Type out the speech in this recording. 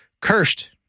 cursed